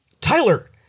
Tyler